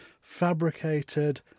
fabricated